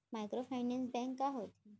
Microfinance bank का होथे?